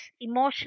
emotional